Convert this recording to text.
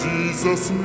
Jesus